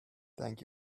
thank